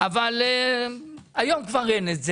אבל היום כבר אין את זה.